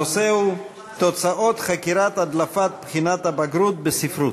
הנושא הוא: תוצאות חקירת הדלפת בחינת הבגרות בספרות.